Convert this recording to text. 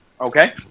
Okay